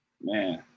Man